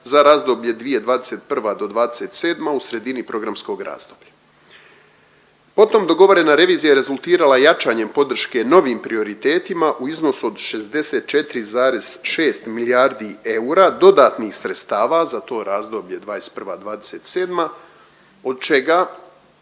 za razdoblje 2021. do '27. u sredini programskog razdoblja. O tom dogovorena revizija rezultirala je jačanjem podrške novim prioritetima u iznosu od 64,6 milijardi eura dodatnih sredstava za to razdoblje '21.-'27., od čega